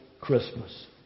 Christmas